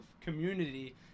community